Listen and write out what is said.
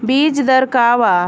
बीज दर का वा?